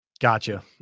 Gotcha